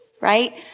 Right